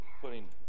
putting